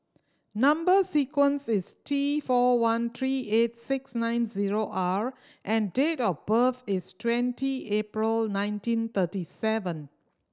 number sequence is T four one three eight six nine zero R and date of birth is twenty April nineteen thirty seven